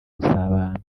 gusabana